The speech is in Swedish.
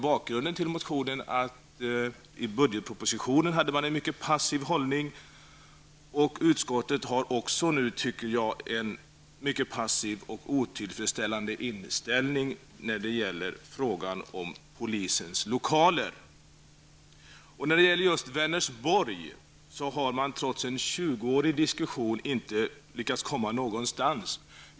Bakgrunden till motionen var ju att regeringen i budgetpropositionen intog en mycket passiv hållning, och jag tycker att även utskottet visar en mycket passiv och otillfredsställande inställning i frågan om polisens lokaler. När det gäller just Vänersborg har man trots en 20 årig diskussion inte lyckats komma någonstans.